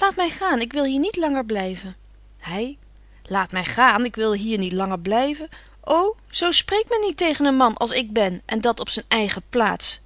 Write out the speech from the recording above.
laat my gaan ik wil hier niet langer blyven hy laat my gaan ik wil hier niet langer blyven ô zo spreekt men niet tegen een man als ik ben en dat op zyn eigen plaats